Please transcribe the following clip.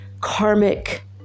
karmic